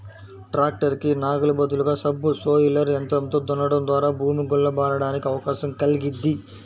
tractor కి నాగలి బదులుగా సబ్ సోయిలర్ యంత్రంతో దున్నడం ద్వారా భూమి గుల్ల బారడానికి అవకాశం కల్గిద్ది